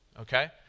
Okay